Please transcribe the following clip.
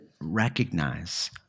recognize